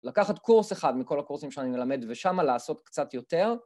לקחת קורס אחד מכל הקורסים שאני מלמד ושמה לעשות קצת יותר.